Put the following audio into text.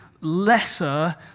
lesser